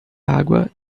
água